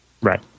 Right